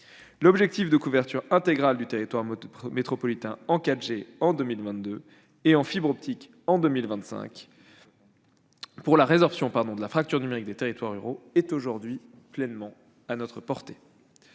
L'objectif de couverture intégrale du territoire métropolitain en 4G en 2022 et en fibre optique en 2025, afin de résorber la fracture numérique des territoires ruraux, est aujourd'hui pleinement à notre portée.